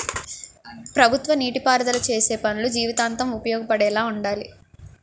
ప్రభుత్వ నీటి పారుదల సేసే పనులు జీవితాంతం ఉపయోగపడేలా వుండాలి